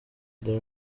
the